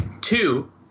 Two